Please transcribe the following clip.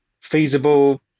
feasible